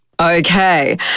Okay